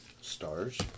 Stars